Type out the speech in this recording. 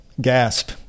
Gasp